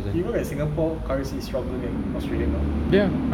you know at singapore currency is stronger than australia now